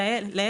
אלא זה להיפך.